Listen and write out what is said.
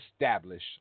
establish